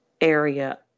area